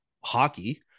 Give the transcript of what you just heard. hockey